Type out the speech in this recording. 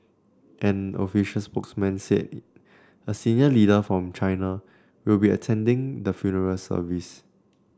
an official spokesman said a senior leader from China will be attending the funeral service